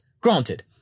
Granted